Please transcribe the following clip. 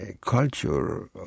culture